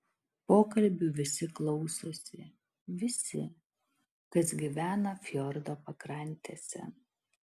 pokalbių visi klausosi visi kas gyvena fjordo pakrantėse